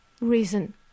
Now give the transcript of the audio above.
reason